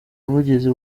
buvugizi